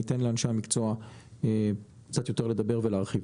ואז אתן לאנשי המקצוע לדבר קצת יותר ולהרחיב.